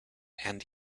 and